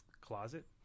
closet